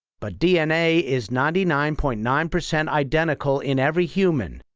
but dna is ninety nine point nine percent identical in every human,